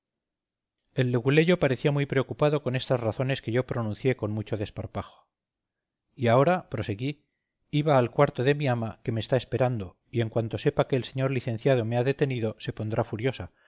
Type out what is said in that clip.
el leguleyo parecía muy preocupado con estas razones que yo pronuncié con mucho desparpajo y ahora proseguí iba al cuarto de mi ama que me está esperando y en cuanto sepa que el señor licenciado me ha detenido se pondrá furiosa